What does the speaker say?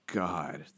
god